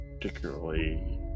particularly